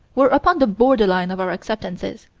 we're upon the borderline of our acceptances,